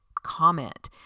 comment